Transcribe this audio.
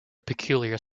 peculiar